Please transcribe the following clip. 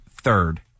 third